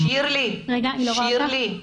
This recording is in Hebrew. שירלי, שירלי.